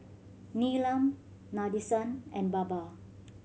Neelam Nadesan and Baba